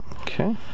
Okay